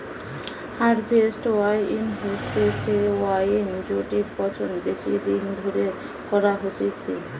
harvest wine হচ্ছে সেই wine জেটির পচন বেশি দিন ধরে করা হতিছে